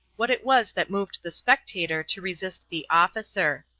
what it was that moved the spectator to resist the officer.